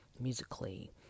musically